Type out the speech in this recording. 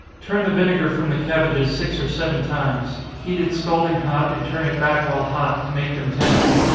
turn the vinegar from the cabbages six or seven times heat it scalding hot, and turn it back while hot, to make them tender.